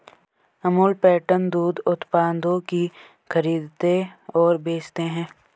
Amul pattern दूध उत्पादों की खरीदते और बेचते है